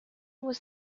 was